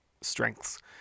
strengths